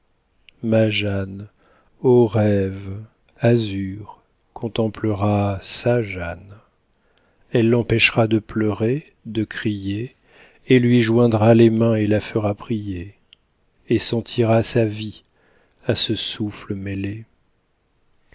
ma jeanne ô rêve azur contemplera sa jeanne elle l'empêchera de pleurer de crier et lui joindra les mains et la fera prier et sentira sa vie à ce souffle mêlée